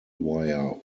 wire